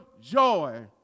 joy